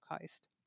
Coast